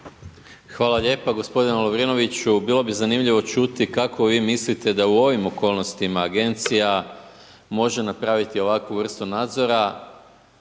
Hvala lijepo gospodine Lovrinoviću. Bilo bi zanimljivo čuti kako vi mislite da u ovim okolnostima agencija može napraviti ovakvu vrstu nadzora.